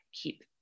keep